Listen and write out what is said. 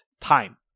Time